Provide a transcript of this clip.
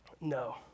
No